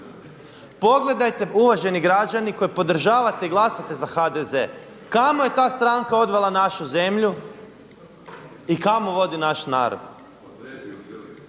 Pogledajte uvaženi građani koji podržavate i glasate za HDZ kamo je ta stranka odvela našu zemlju i kamo vodi naš narod?